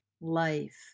life